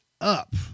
up